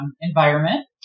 environment